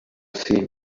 see